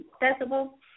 accessible